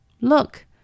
Look